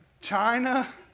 China